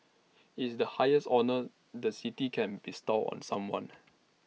it's the highest honour the city can bestow on someone